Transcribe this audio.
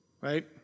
Right